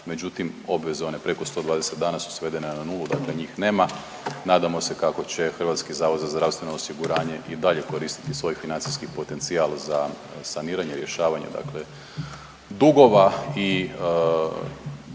međutim, obveze one preko 120 su svedene na nulu, njih nema. Nadamo se kako će HZZO i dalje koristiti svoj financijski potencijal za saniranje i rješavanje dakle dugova i